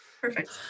Perfect